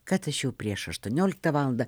kad aš jau prieš aštuonioliktą valandą